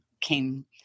came